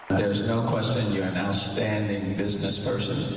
question you're an outstanding business person.